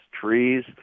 trees